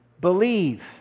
Believe